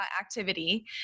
activity